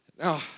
Now